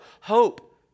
hope